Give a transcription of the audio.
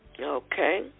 Okay